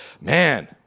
man